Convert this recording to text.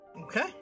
Okay